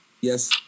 Yes